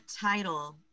title